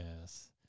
Yes